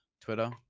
Twitter